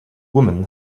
woman